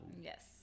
yes